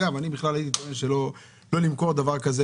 אגב הייתי טוען בכלל לא למכור דבר כזה